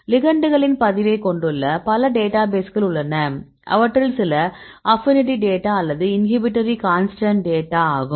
லிகண்ட்களின் பதிவைக் கொண்டுள்ள பல டேட்டாபேஸ்கள் உள்ளன அவற்றில் சில ஆப்பினிடி டேட்டா அல்லது இன்ஹிபிட்டரி கான்ஸ்டன்ட் டேட்டா ஆகும்